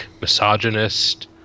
misogynist